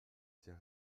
s’est